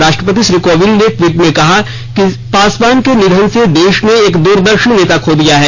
राश्ट्रपति श्री कोविंद ने ट्वीट में कहा है कि पासवान के निधन से देश ने एक दूरदर्शी नेता खो दिया है